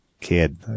kid